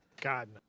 God